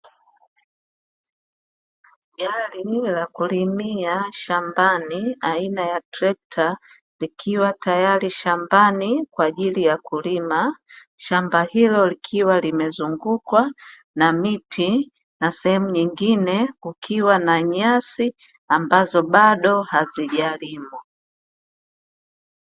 Gari la kulimia shambani aina ya trekta, likiwa tayari shambani kwa ajili ya kulima. Shamba hilo likiwa limezungukwa na miti, na sehemu nyingine kukiwa na nyasi ambazo bado hazijalimwa.